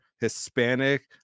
hispanic